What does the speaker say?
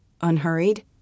unhurried